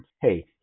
Hey